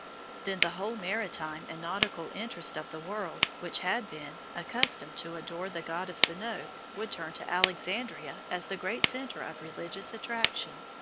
then the whole maritime and nautical interest of the world, which had been, accustomed to adore the god of sinope, would turn to alexandria as the great center of religious attraction,